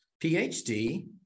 PhD